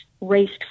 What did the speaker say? raced